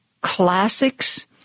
classics